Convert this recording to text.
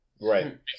Right